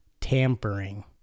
tampering